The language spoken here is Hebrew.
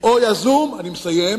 יזום או, נא לסיים.